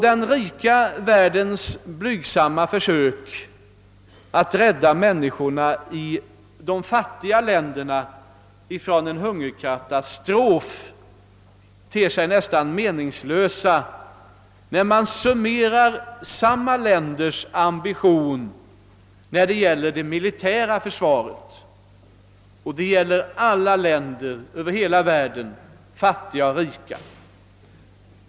Den rika världens blygsamma försök att rädda människorna i de fattiga länderna från en hungerkatastrof ter sig nästan meningslösa, när man summerar samma länders ambitioner i fråga om det militära försvaret. Detta gäller alla länder över hela världen, fattiga och rika.